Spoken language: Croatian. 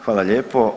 Hvala lijepo.